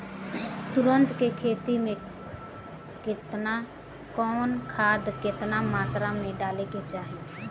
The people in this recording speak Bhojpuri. गन्ना के खेती में कवन खाद केतना मात्रा में डाले के चाही?